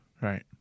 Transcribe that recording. Right